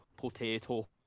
potato